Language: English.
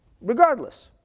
regardless